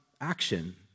action